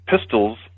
pistols